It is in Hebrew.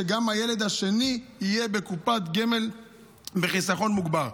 שגם הילד השני יהיה בקופת גמל בחיסכון מוגבר.